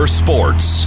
sports